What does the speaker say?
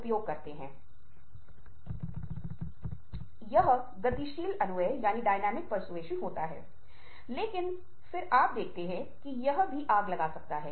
उन प्रयोगों या गतिविधियों को विभाजित करें जिन्हें आप चर्चा मंच तक पहुँचकर कर सकते हैं